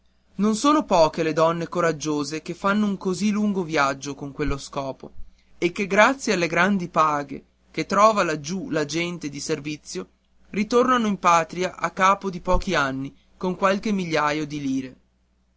non sono poche le donne coraggiose che fanno un così lungo viaggio per quello scopo e che grazie alle grandi paghe che trova laggiù la gente di servizio ritornano in patria a capo di pochi anni con qualche migliaio di lire